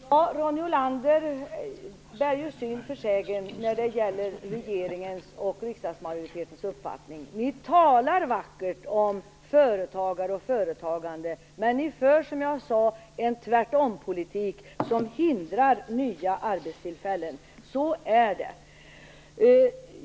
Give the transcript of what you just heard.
Herr talman! Ja, Ronny Olander bär syn för sägen när det gäller regeringens och riksdagsmajoritetens uppfattning. Ni talar vackert om företagare och företagande, men ni för som jag sade en tvärtom-politik, som hindrar nya arbetstillfällen. Så är det.